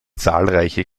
zahlreiche